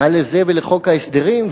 מה לזה ולחוק ההסדרים?